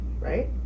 right